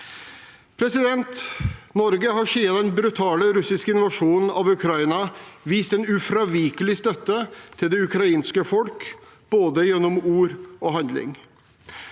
Forsvaret. Norge har siden den brutale russiske invasjonen av Ukraina vist en ufravikelig støtte til det ukrainske folk, gjennom både ord og handling.